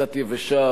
קצת יבשה,